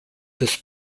this